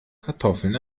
kartoffeln